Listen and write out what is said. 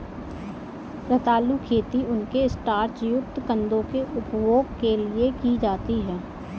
रतालू खेती उनके स्टार्च युक्त कंदों के उपभोग के लिए की जाती है